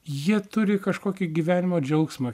jie turi kažkokį gyvenimo džiaugsmą